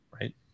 right